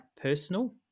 personal